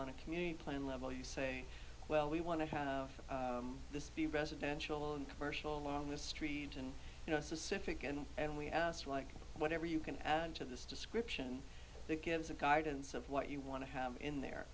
on a community plan level you say well we want to have this residential and commercial on the street and you know specifically and and we asked like whatever you can add to this description that gives a guidance of what you want to have in there